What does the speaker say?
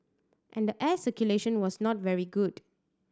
and the air circulation was not very good